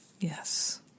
Yes